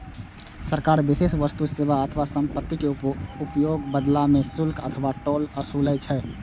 सरकार विशेष वस्तु, सेवा अथवा संपत्तिक उपयोगक बदला मे शुल्क अथवा टोल ओसूलै छै